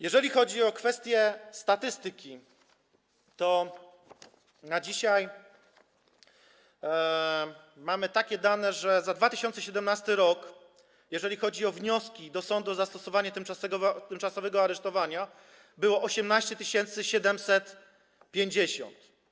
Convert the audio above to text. Jeżeli chodzi o kwestie statystyki, to na dzisiaj mamy takie dane, że za 2017 r., jeżeli chodzi o wnioski do sądu o zastosowanie tymczasowego aresztowania, było ich 18 750.